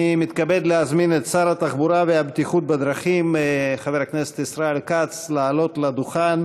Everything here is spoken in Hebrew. אני מתכבד להזמין את שר התחבורה והבטיחות בדרכים לעלות לדוכן